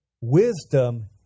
wisdom